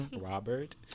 Robert